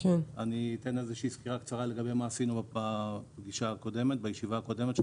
אתן סקירה קצרה לגבי מה שעשינו בישיבה הקודמת: